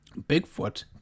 bigfoot